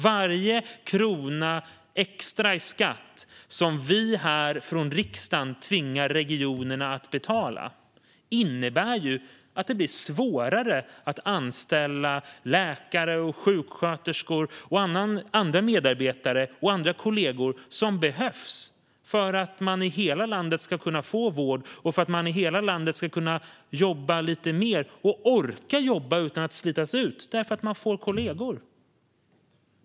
Varje krona extra i skatt som vi här från riksdagen tvingar regionerna att betala innebär att det blir svårare att anställa läkare, sjuksköterskor och andra medarbetare och kollegor som behövs för att man i hela landet ska kunna få vård och för att man i hela landet ska kunna jobba lite mer och orka jobba utan att slitas ut. Fru talman!